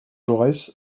jaurès